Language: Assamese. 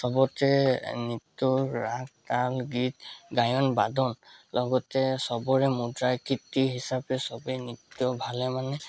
সবতে নৃত্য ৰাগ তাল গীত গায়ন বাদন লগতে সবৰে মূদ্ৰাকৃতি হিচাপে সবেই নৃত্য ভালেমানে